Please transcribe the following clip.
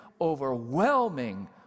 overwhelming